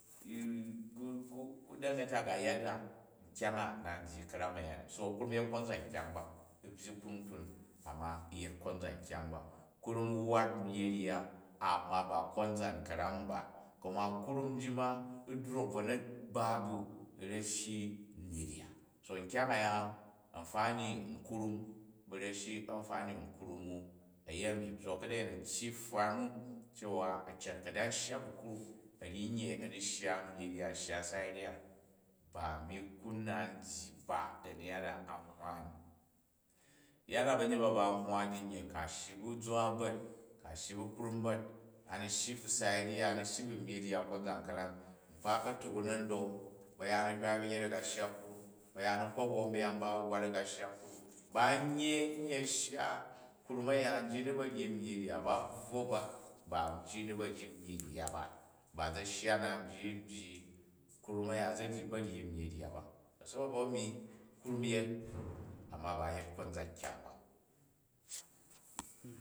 Ku daganta ga yadda nkyang a na n dyi karam kya ni. So krum yet konzan kyang ba, u byyi kpuntun amma u̱ yet konzan kyang ba. Krum wwat myyi rya amma ba konzan ka̱ran ba, kuma krum ji ma u̱drok u wu na̱ ba bu rashi myyi rya. So nkyang aya amfani krum u bu rashi a̱nfani krum u a̱yemi. So kada a̱yin a̱ tyyi pfwa cewa, a̱ cat ku a̱ da shya bu krum a̱ nfi nye a̱ni shya nyyi rya a̱ shya bai rya, ba a̱mi ku na u dyi ba da̱ni yada a hwani. Yada ba̱nyet ba, ba n hwa in nye ku̱ a shyi bu zwa ba̱t, ku̱ a shyi bu krum ba̱t, a̱ni shiji bu sai rya, a ni shyi ba myyi rya konzan ka̱ram. Nkpa a̱ka̱tuk u̱ na̱ n da̱u ba̱yaan a̱ hywaai ba̱nyet, a hga shya krum, bayaan a kok ba̱vumbyang mba a wwat a ga shya a krum. Ba ryi nye shya krum nji ni ba̱ ryi nyyi rya, ba bvwo ba, ba nji ni ba̱ ryi myyi rya ba, ba za shya na nji n byyi krum zi ni ba nyi myyi rya ba. Sabo bu ami, krum yet amma ba u yet konzan kyang ba.